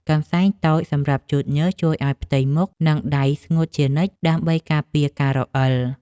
កន្សែងតូចសម្រាប់ជូតញើសជួយឱ្យផ្ទៃមុខ និងដៃស្ងួតជានិច្ច ដើម្បីការពារការរអិល។